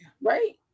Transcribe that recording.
Right